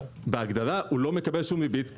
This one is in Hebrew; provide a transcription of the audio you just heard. בהגדרה הוא לא מקבל שום ריבית,